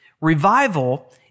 Revival